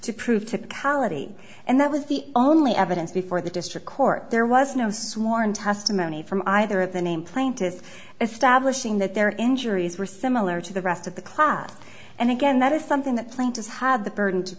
to prove to khalidi and that was the only evidence before the district court there was no sworn testimony from either of the name plaintiffs establishing that their injuries were similar to the rest of the class and again that is something the plaintiff have the burden